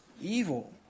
evil